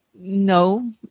No